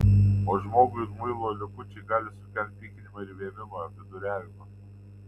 o žmogui muilo likučiai gali sukelti pykinimą ir vėmimą viduriavimą